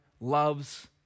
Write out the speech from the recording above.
loves